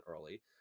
early